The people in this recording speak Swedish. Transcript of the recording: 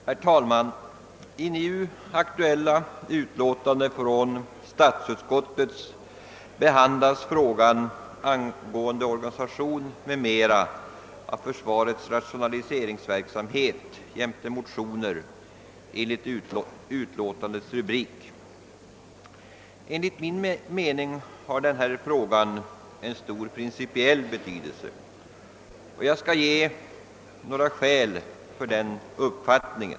Herr talman! I det nu aktuella utlåtandet från statsutskottet behandlas frågan angående organisation m.m. av försvarets rationaliseringsverksamhet jämte motioner. Enligt min mening har denna fråga en stor principiell betydelse, och jag skall ge några skäl för denna uppfattning.